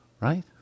Right